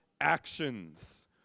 actions